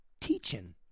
Teaching